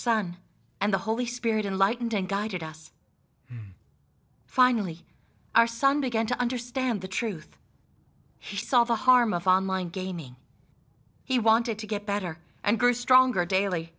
son and the holy spirit in lightened and guided us finally our son began to understand the truth he saw the harm of online gaming he wanted to get better and grew stronger daily